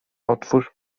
otwórz